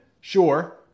Sure